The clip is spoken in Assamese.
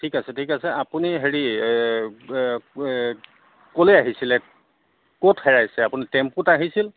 ঠিক আছে ঠিক আছে আপুনি হেৰি ক'লৈ আহিছিলে ক'ত হেৰাইছে আপুনি টেম্পুত আহিছিল